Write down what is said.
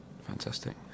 fantastic